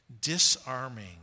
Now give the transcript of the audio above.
Disarming